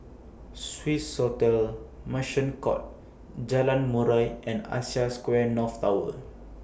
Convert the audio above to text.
Swissotel Merchant Court Jalan Murai and Asia Square North Tower